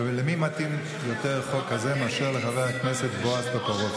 למי מתאים יותר חוק כזה מאשר לחבר הכנסת בועז טופורובסקי.